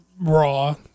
Raw